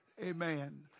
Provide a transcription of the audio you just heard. amen